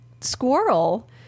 squirrel